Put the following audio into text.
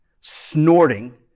snorting